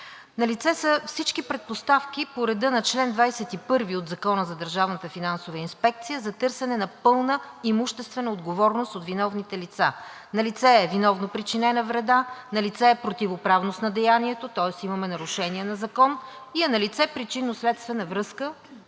Налице са всички предпоставки по реда на чл. 21 от Закона за държавната финансова инспекция за търсене на пълна имуществена отговорност от виновните лица. Налице е виновно причинена вреда, налице е противоправност на деянието, тоест имаме нарушение на закон и е налице причинно-следствена връзка,